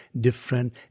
different